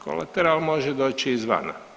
Kolateral može doći i izvana.